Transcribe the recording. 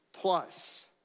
plus